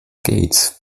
gates